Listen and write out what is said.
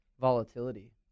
volatility